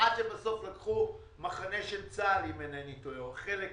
עד שבסוף לקחו מחנה של צה"ל אם אינני טועה או חלק ממנו,